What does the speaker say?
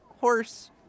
horse